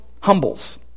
humbles